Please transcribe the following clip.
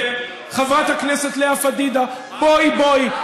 חברת הכנסת לאה פדידה, בואי, בואי.